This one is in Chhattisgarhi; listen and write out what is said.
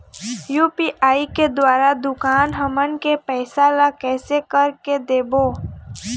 यू.पी.आई के द्वारा दुकान हमन के पैसा ला कैसे कर के देबो?